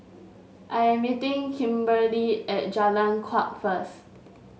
I am meeting Kimberlie at Jalan Kuak first